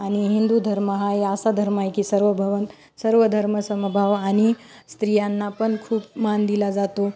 आणि हिंदू धर्म हा ही असा धर्म आहे की सर्व भवन सर्व धर्म समभाव आणि स्त्रियांना पण खूप मान दिला जातो